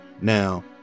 Now